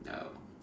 oh